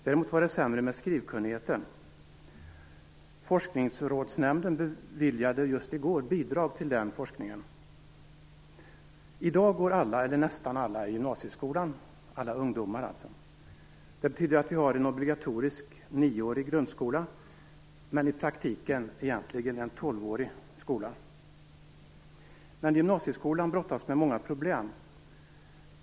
Däremot var det sämre med skrivkunnigheten. Forskningsrådsnämnden beviljade just i går bidrag till denna forskning. I dag går alla, eller nästan alla, ungdomar i gymnasieskolan. Det betyder att vi har en obligatorisk nioårig grundskola som i praktiken egentligen är tolvårig. Men gymnasieskolan brottas med många problem.